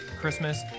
Christmas